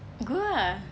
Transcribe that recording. go ah